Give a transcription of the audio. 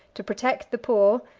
to protect the poor,